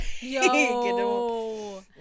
Yo